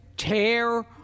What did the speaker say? Tear